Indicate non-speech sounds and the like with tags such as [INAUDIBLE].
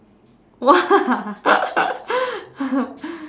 !wah! [LAUGHS]